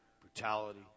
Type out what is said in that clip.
brutality